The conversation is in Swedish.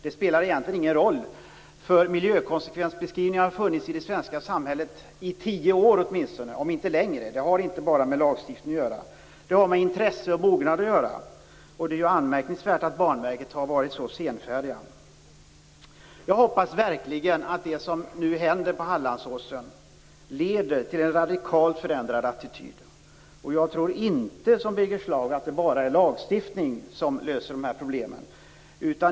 Det spelar egentligen ingen roll. Miljökonsekvensbeskrivningar har funnits i det svenska samhället i åtminstone tio år om inte längre. Det har inte bara med lagstiftning att göra. Det har med intresse och mognad att göra. Det är anmärkningsvärt att Banverket har varit så senfärdigt. Jag hoppas verkligen att det som nu händer på Hallandsåsen leder till en radikalt förändrad attityd. Jag tror inte som Birger Schlaug att det bara är lagstiftning som löser problemen.